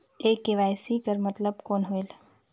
ये के.वाई.सी कर मतलब कौन होएल?